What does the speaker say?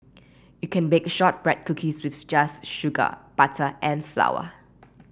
you can bake shortbread cookies with just sugar butter and flour